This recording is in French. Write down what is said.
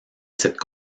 cette